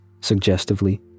suggestively